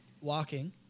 walking